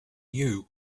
you